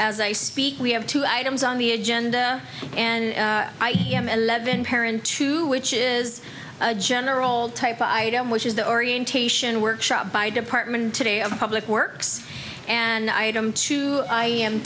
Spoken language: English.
as i speak we have two items on the agenda and i am eleven parent two which is a general type item which is the orientation workshop by department today of public works and item two i am